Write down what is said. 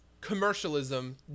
Commercialism